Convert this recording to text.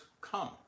come